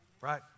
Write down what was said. Right